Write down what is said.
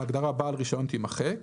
(1)ההגדרה "בעל רישיון" תימחק,